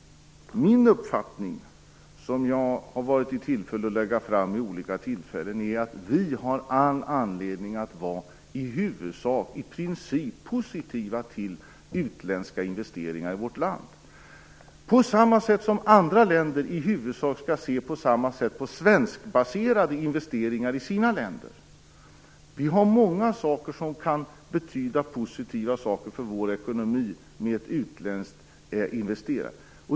Min uppfattning, som jag har lagt fram vid olika tillfällen, är att vi har all anledning att i princip vara positiva till utländska investeringar i vårt land. Andra länder skall se på samma sätt på svenskbaserade investeringar i sina länder. Utländska investerare kan innebära mycket positivt för vår ekonomi.